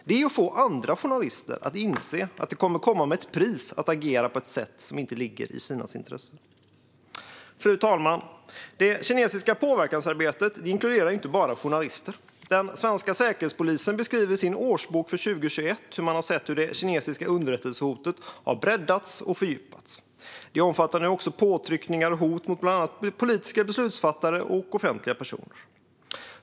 Det är att få andra journalister att inse att det kommer att ha ett pris att agera på ett sätt som inte ligger i Kinas intresse. Fru talman! Det kinesiska påverkansarbetet inkluderar inte bara journalister. Den svenska Säkerhetspolisen beskriver i sin årsbok för 2021 hur man har sett det kinesiska underrättelsehotet breddas och fördjupas. Det omfattar nu också påtryckningar och hot mot bland andra politiska beslutsfattare och offentliga personer.